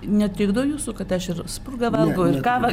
netrikdo jūsų kad aš ir spurgą valgau ir kavą